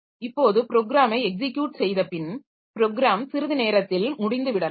இப்போது ப்ரோக்ராமை எக்ஸிக்யுட் செய்தபின் ப்ரோக்ராம் சிறிது நேரத்தில் முடிந்துவிடலாம்